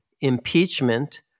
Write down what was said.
impeachment